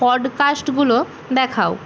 পডকাস্টগুলো দেখাও